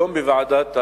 היום, בוועדת הפנים,